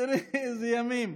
תראו איזה ימים.